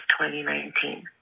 2019